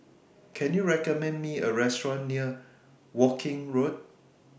Can YOU recommend Me A Restaurant near Woking Road